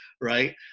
right